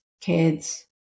kids